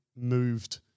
moved